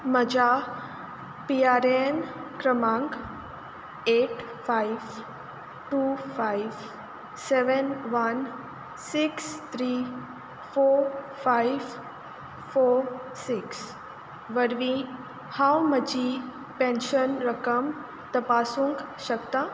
म्हज्या P R N क्रमांक eight five two five seven one six three four five four six वरवीं हांव म्हजी पेन्शन रक्कम तपासूंक शकता